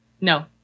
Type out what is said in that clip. No